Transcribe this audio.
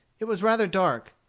it was rather dark.